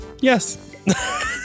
Yes